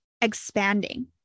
expanding